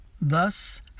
Thus